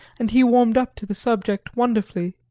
and he warmed up to the subject wonderfully.